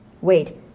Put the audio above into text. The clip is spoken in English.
Wait